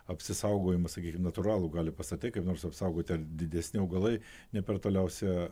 apsisaugojimą sakykim natūralų gali pastatai kaip nors apsaugoti ar didesni augalai ne per toliausia